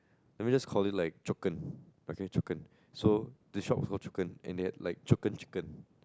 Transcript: let me just call it like okay so the shop is called and they have like chicken